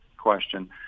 question